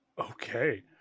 Okay